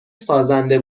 سازنده